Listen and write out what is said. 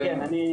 כן.